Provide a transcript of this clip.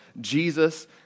Jesus